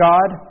God